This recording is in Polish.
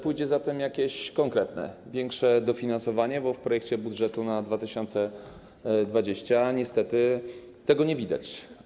Pójdzie za tym jakieś konkretne, większe dofinansowanie, bo w projekcie budżetu na 2020 r. niestety tego nie widać?